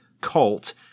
cult